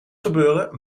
gebeuren